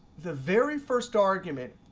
the very first argument,